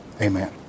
Amen